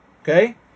Okay